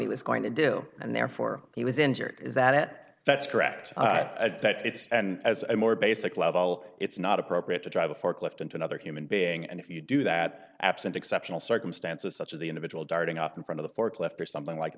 he was going to do and therefore he was injured is that that's correct i thought it's a more basic level it's not appropriate to drive a forklift into another human being and if you do that absent exceptional circumstances such as the individual darting off in front of a forklift or something like